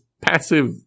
passive